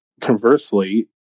conversely